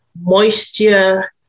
moisture